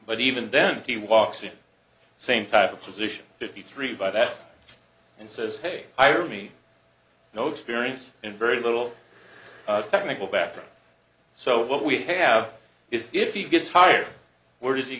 but even then he walks in the same type of position fifty three by that and says hey i or me no experience and very little technical background so what we have is if he gets hired where does he